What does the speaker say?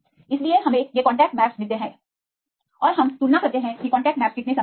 इसलिए हमें ये कांटेक्ट मैपस मिलते हैं और हम तुलना करते हैं कि कांटेक्ट मैपस कितने समान हैं